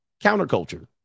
counterculture